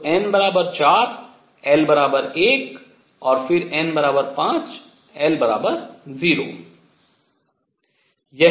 तो n 4 l 1 और फिर n 5 l 0